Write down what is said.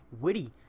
Witty